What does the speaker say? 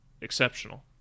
exceptional